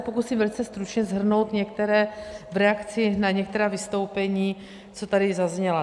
Pokusím se velice stručně shrnout v reakci na některá vystoupení, co tady zazněla.